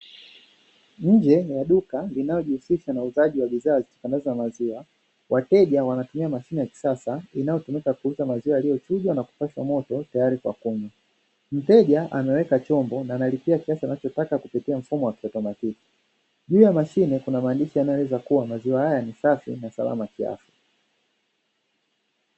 Nje la duka linalojihusisha na uuzaji wa bidhaa zitokanazo na maziwa, wateja wanatumia mashine ya kisasa inayotumika kuuza maziwa yaliyochujwa na kupashwa moto tayari kwa kunywa. Mteja anaweka chombo na analipia kiasi anachotaka kupitia mfumo wa kiautomatiki. Juu ya mashine kuna maandishi yanayoeleza kuwa maziwa haya ni safi na salama kiafya.